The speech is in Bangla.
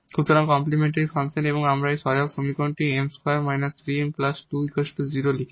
সুতরাং কমপ্লিমেন্টরি ফাংশন আমরা এখানে অক্সিলিয়ারি সমীকরণটি 𝑚2 − 3𝑚 2 0 লিখি